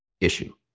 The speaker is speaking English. issue